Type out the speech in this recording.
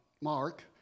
Mark